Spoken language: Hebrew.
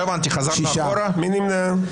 מי נמנע?